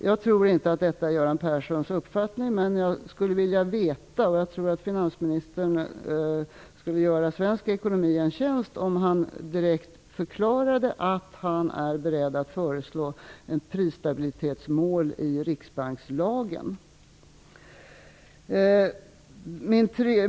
Jag tror inte att detta är Göran Perssons uppfattning, men jag skulle vilja veta, och jag tror att finansministern skulle göra svensk ekonomi en tjänst om han direkt förklarade att han är beredd att föreslå ett prisstabilitetsmål i riksbankslagen.